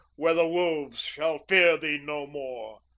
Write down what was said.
where the wolves shall fear thee no more,